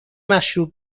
مشروب